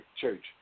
Church